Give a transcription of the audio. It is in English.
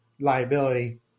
liability